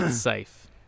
safe